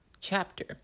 chapter